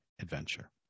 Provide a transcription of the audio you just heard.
adventure